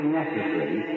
necessary